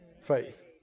faith